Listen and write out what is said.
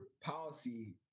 policy